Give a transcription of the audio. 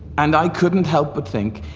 and i couldn't help but think,